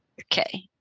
Okay